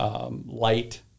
light